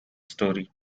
story